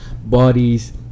bodies